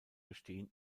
bestehen